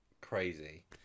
crazy